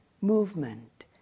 movement